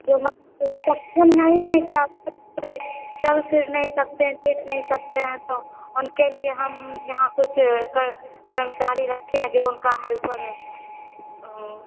जो लोग सक्षम नहीं हैं या फिर चल फिर नहीं सकते हैं देख नहीं सकते हैं तो उनके लिए हम यहाँ कुछ कर कर्मचारी रखें हैं जो उनका हेल्पर अं